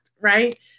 right